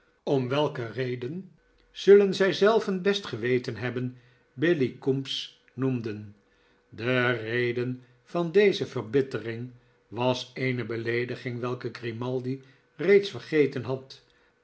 om welke reden zullen zij zelven best geweten hebben billy ooombes noemden de reden van deze verbittering was eene beleediging welke grimaldi reeds vergeten had